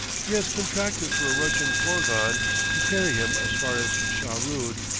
he has contracted for a russian fourgon to carry him as far as shahrood,